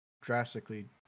drastically